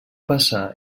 passar